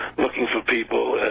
looking for people